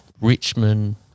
Richmond